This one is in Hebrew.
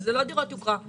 וזה לא דירות יוקרה,